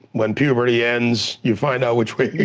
when puberty ends, you find out which way,